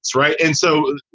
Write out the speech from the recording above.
right. and so,